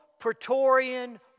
Praetorian